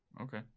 Okay